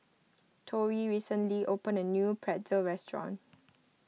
Tori recently opened a new Pretzel restaurant